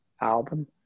album